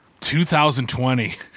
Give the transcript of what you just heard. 2020